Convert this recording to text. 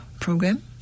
program